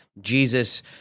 Jesus